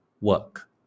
work